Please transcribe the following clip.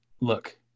look